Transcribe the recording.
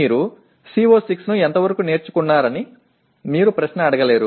మీరు CO6 ను ఎంతవరకు నేర్చుకున్నారని మీరు ప్రశ్న అడగలేరు